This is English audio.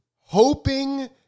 Hoping